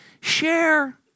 Share